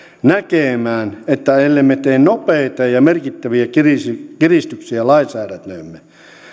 näkemään että ellemme tee nopeita ja ja merkittäviä kiristyksiä lainsäädäntöömme